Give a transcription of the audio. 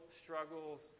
struggles